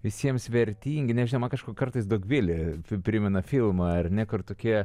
visiems vertingi nežinau man kaž kartais dogvili primena filmą ar ne kur tokie